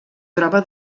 troba